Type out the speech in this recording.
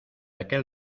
aquel